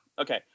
Okay